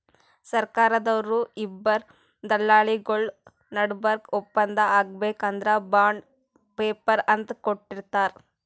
ಸರ್ಕಾರ್ದವ್ರು ಇಬ್ಬರ್ ದಲ್ಲಾಳಿಗೊಳ್ ನಡಬರ್ಕ್ ಒಪ್ಪಂದ್ ಆಗ್ಬೇಕ್ ಅಂದ್ರ ಬಾಂಡ್ ಪೇಪರ್ ಅಂತ್ ಕೊಟ್ಟಿರ್ತಾರ್